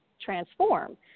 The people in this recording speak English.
transform